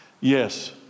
Yes